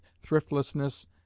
thriftlessness